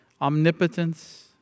Omnipotence